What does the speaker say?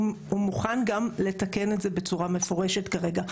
הוא מוכן גם לתקן את זה בצורה מפורשת כרגע,